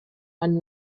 and